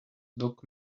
doc